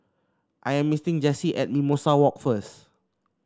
I am meeting Jessy at Mimosa Walk first